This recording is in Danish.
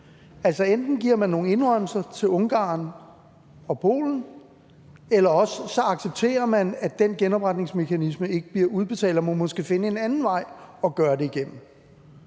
Enten giver man nogle indrømmelser til Ungarn og Polen, eller også accepterer man, at den genopretningsmekanisme ikke bliver udbetalt, og at man måske må finde en anden vej til at gøre det.